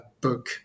book